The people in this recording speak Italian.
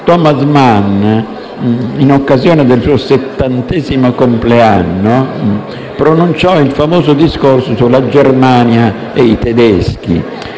Thomas Mann, in occasione del suo settantesimo compleanno, pronunciò il famoso discorso «La Germania e i tedeschi»,